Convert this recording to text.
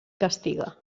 castiga